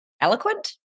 eloquent